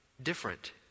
different